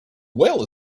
well